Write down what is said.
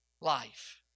life